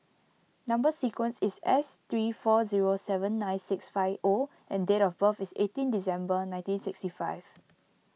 Number Sequence is S three four zero seven nine six five O and date of birth is eighteen December nineteen sixty five